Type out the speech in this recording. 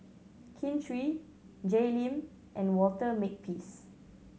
Kin Chui Jay Lim and Walter Makepeace